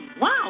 Wow